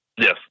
Yes